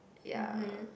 ya